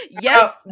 Yes